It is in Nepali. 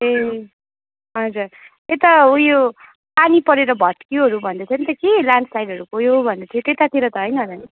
ए हजुर यता ऊ यो पानी परेर भत्क्योहरू भन्दै थियो नि त कि ल्यान्ड स्लाइडहरू गयो भन्दै थियो त्यतातिर त हैन होला नि